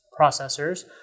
processors